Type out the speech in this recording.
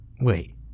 wait